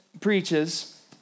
preaches